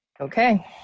Okay